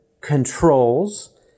controls